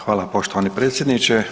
Hvala poštovani predsjedniče.